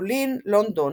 במטרופולין לונדון